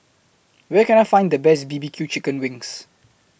Where Can I Find The Best B B Q Chicken Wings